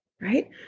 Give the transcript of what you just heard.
right